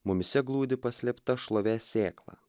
mumyse glūdi paslėpta šlovės sėkla